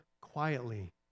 quietly